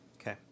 Okay